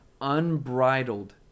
unbridled